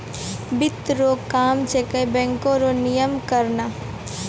वित्त रो काम छै बैको रो नियम बनाना